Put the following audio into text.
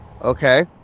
Okay